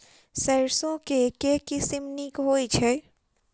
सैरसो केँ के किसिम नीक होइ छै?